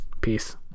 Peace